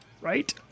right